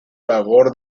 labor